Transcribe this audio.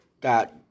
got